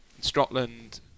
Scotland